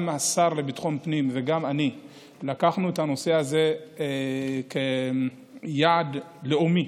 גם השר לביטחון פנים וגם אני לקחנו את הנושא הזה כיעד לאומי.